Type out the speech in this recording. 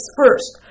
first